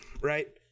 right